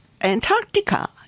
antarctica